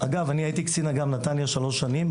אגב אני הייתי קצין אג"ם נתניה שלוש שנים,